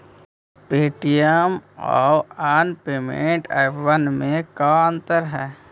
Paytm आउ अन्य payment एपबन में का अंतर हई?